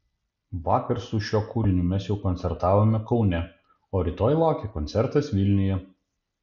vakar su šiuo kūriniu mes jau koncertavome kaune o rytoj laukia koncertas vilniuje